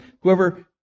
whoever